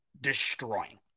destroying